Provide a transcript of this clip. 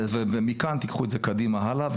ומכאן תיקחו את זה קדימה הלאה,